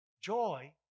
joy